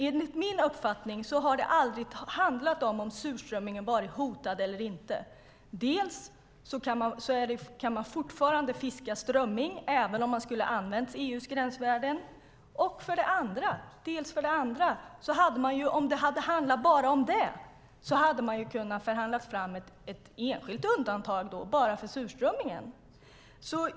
Enligt min uppfattning har det aldrig handlat om huruvida surströmmingen har varit hotad eller inte. Man kan fortfarande fiska strömming, även om man skulle ha använt EU:s gränsvärden. Om det bara hade handlat om det hade man ju kunnat förhandla fram ett enskilt undantag för surströmming.